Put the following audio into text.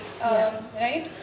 Right